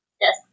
Yes